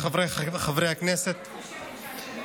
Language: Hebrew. את חושבת שאני נגד.